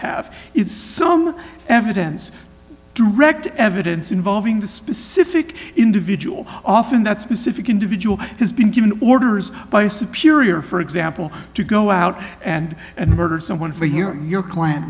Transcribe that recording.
have its some evidence direct evidence involving the specific individual often that specific individual has been given orders by superior for example to go out and and murder someone for here your client